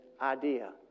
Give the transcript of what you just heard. idea